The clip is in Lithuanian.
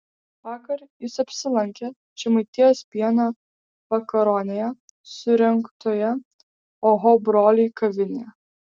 vakar jis apsilankė žemaitijos pieno vakaronėje surengtoje oho broliai kavinėje